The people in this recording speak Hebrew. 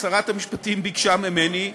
שרת המשפטים ביקשה ממני,